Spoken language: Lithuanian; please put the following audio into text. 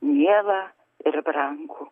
mielą ir brangų